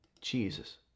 Jesus